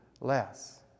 less